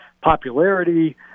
popularity